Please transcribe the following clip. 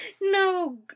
no